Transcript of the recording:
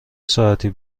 ساعتی